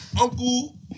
uncle